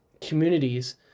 communities